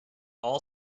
all